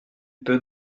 peut